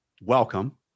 welcome